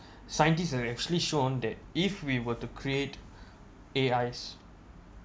scientists are actually shown that if we were to create A_Is